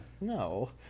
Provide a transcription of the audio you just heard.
no